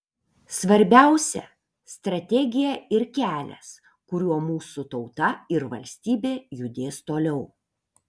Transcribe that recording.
svarbiausia strategija ir kelias kuriuo mūsų tauta ir valstybė judės toliau